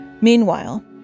Meanwhile